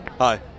Hi